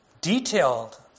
detailed